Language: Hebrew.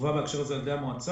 טובה בהקשר הזה על-ידי המועצה.